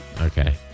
Okay